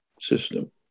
system